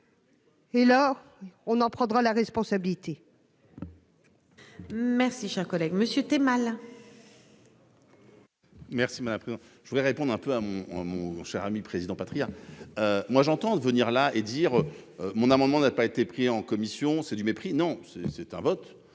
Et là, on en prendra la responsabilité. Merci, cher collègue, Monsieur t'es mal. Merci madame, je voudrais répondre un peu à mon à mon cher ami le président Patriat. Moi j'entends de venir là et dire. Mon amendement n'a pas été pris en commission, c'est du mépris non c'est c'est un vote